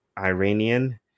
iranian